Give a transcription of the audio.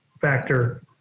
factor